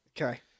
Okay